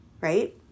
right